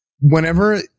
whenever